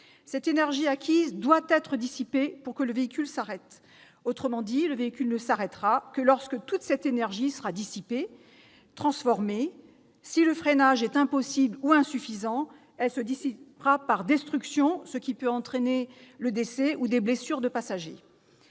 Cette énergie acquise doit être dissipée pour que le véhicule s'arrête. En d'autres termes, celui-ci ne s'arrêtera que lorsque toute l'énergie sera dissipée et transformée. Si le freinage est impossible ou insuffisant, l'énergie se dissipera par destruction, ce qui peut entraîner des blessures, voire le décès des passagers.